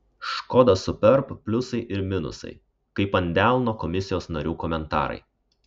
škoda superb pliusai ir minusai kaip ant delno komisijos narių komentarai